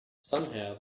somehow